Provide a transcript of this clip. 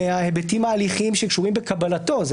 מההיבטים ההליכיים שקשורים בקבלתו.